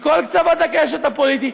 מכל קצוות הקשת הפוליטית,